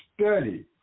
study